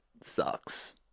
sucks